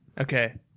Okay